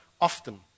often